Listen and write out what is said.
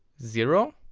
zero?